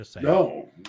No